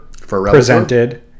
presented